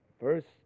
First